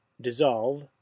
dissolve